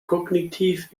kognitiv